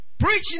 Preaching